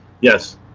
Yes